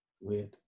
weird